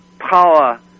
power